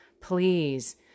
please